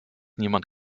niemand